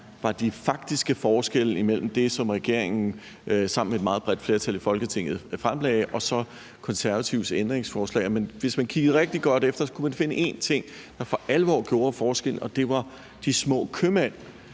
var de faktiske forskelle imellem det, som regeringen sammen med et meget bredt flertal i Folketinget fremlagde, og så Konservatives ændringsforslag. Men hvis man kiggede rigtig godt efter, kunne man finde én ting, der for alvor gjorde forskellen, og det var de små købmænd.